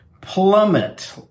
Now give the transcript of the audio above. plummet